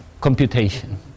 computation